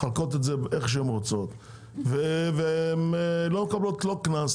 מחלקות את זה איך שהן רוצות והן לא מקבלות קנס,